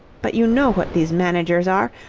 but you know what these managers are.